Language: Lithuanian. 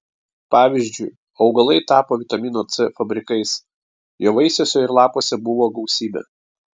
pavyzdžiui augalai tapo vitamino c fabrikais jo vaisiuose ir lapuose buvo gausybė